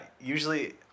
usually